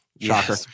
Shocker